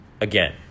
Again